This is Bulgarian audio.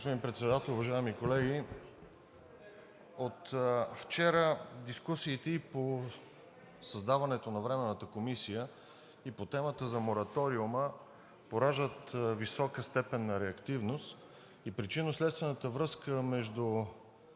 Господин Председател, уважаеми колеги! От вчера дискусиите по създаването на Временната комисия и по темата за мораториума пораждат висока степен на реактивност. И причинно-следствената връзка между